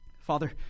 Father